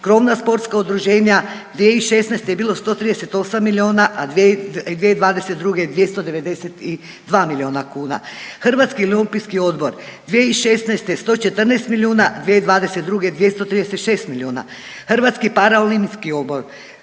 krovna sportska udruženja. 2016. je bilo 138 milijuna, a 2022. 292 milijuna kuna. Hrvatski olimpijski odbor 2016. 114 milijuna, 2022. 236 milijuna. Hrvatski paraolimpijski odbor